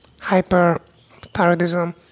hyperthyroidism